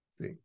See